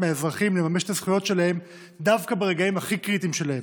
מהאזרחים לממש את הזכויות שלהם דווקא ברגעים הכי קריטיים שלהם.